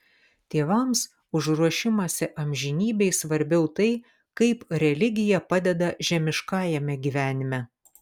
tėvams už ruošimąsi amžinybei svarbiau tai kaip religija padeda žemiškajame gyvenime